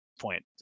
point